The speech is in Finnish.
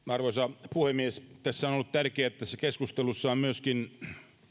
arvoisa puhemies on ollut tärkeää että tässä keskustelussa on myöskin